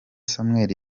samuel